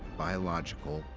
biological,